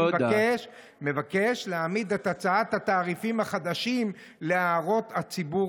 אני מבקש להעמיד את הצעת התעריפים החדשים להערות הציבור,